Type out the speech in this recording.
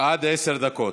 עד עשר דקות.